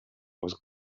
was